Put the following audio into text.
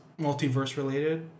multiverse-related